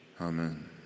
Amen